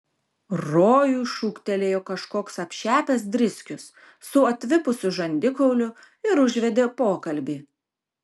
rojui šūktelėjo kažkoks apšepęs driskius su atvipusiu žandikauliu ir užvedė pokalbį